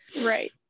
Right